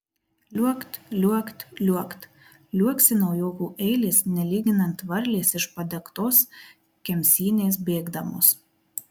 liuokt liuokt liuokt liuoksi naujokų eilės nelyginant varlės iš padegtos kemsynės bėgdamos